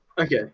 Okay